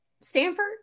Stanford